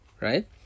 right